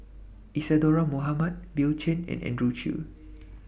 Isadhora Mohamed Bill Chen and Andrew Chew